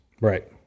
right